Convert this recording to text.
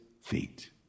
feet